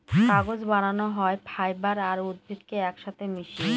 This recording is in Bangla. কাগজ বানানো হয় ফাইবার আর উদ্ভিদকে এক সাথে মিশিয়ে